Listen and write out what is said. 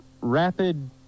Rapid